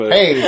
Hey